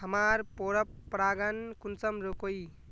हमार पोरपरागण कुंसम रोकीई?